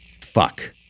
Fuck